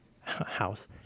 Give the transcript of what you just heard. house